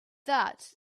that